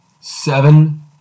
Seven